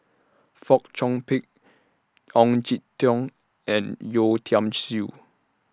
Fong Chong Pik Ong Jin Teong and Yeo Tiam Siew